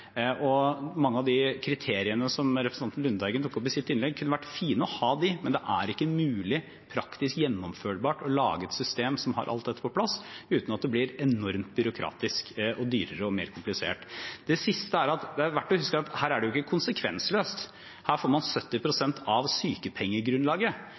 Mange av de kriteriene som representanten Lundteigen tok opp i sitt innlegg, kunne vært fine å ha, men det er ikke mulig eller praktisk gjennomførbart å lage et system som har alt dette på plass, uten at det blir enormt byråkratisk, dyrere og mer komplisert. Det siste er at det er verdt å huske at dette ikke er konsekvensløst. Her får man 70